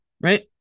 right